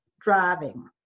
driving